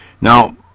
Now